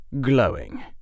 glowing